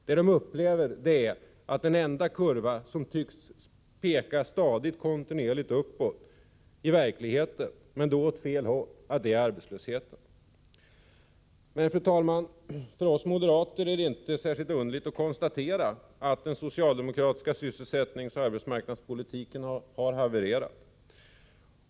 De upplever att den enda kurva som stadigt tycks peka uppåt i verkligheten — men då åt fel håll — gäller arbetslösheten. Men, fru talman, för oss moderater är det inte särskilt underligt att den socialdemokratiska sysselsättningsoch arbetsmarknadspolitiken havererat.